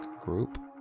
group